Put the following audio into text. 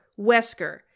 wesker